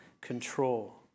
control